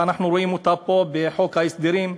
ואנחנו רואים אותה פה בחוק ההסדרים.